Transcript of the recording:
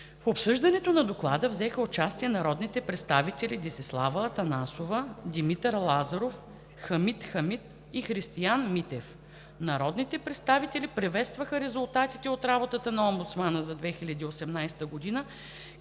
В обсъждането на Доклада взеха участие народните представители Десислава Атанасова, Димитър Лазаров, Хамид Хамид и Христиан Митев. Народните представители приветстваха резултатите от работата на омбудсмана през 2018 г.,